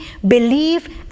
believe